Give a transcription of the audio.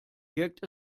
wirkt